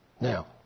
Now